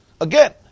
again